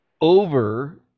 over